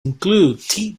include